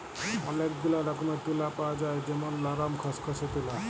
ওলেক গুলা রকমের তুলা পাওয়া যায় যেমল লরম, খসখসে তুলা